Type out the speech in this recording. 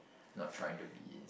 not trying to be